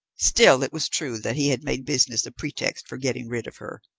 still it was true that he had made business a pretext for getting rid of her,